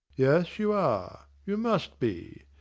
yes, you are you must be.